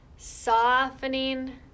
Softening